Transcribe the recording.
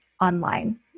online